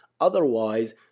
otherwise